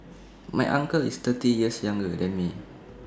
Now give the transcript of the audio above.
my uncle is thirty years younger than me